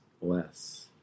less